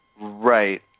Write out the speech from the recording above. Right